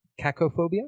Cacophobia